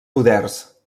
poders